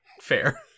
Fair